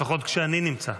לפחות כשאני נמצא.